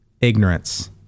Ignorance